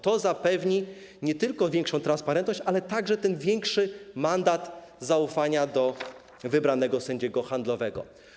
To zapewni nie tylko większą transparentność, ale także większy mandat zaufania do wybranego sędziego handlowego.